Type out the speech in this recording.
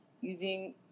using